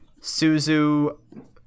suzu